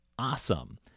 awesome